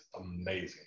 amazing